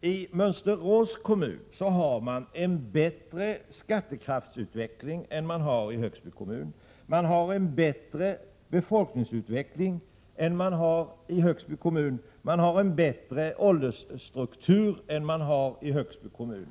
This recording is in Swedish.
I Mönsterås kommun har man en bättre skattekraftsutveckling än man har i Högsby kommun. Man har en bättre befolkningsutveckling och en bättre åldersstruktur än man har i Högsby kommun.